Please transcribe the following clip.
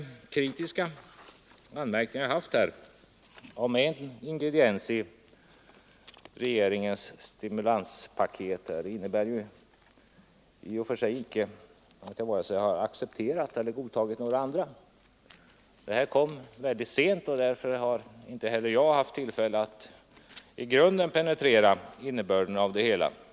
De kritiska anmärkningar som jag här gjort rörande ingredienserna i regeringens stimulanspaket innebär i och för sig inte att jag har godtagit andra. Dessa förslag har lagts fram mycket sent, och inte heller jag har därför haft tillfälle att i grunden penetrera deras innehåll.